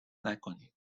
نکنید